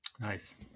Nice